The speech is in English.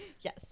Yes